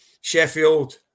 Sheffield